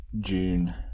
June